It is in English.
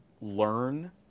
learn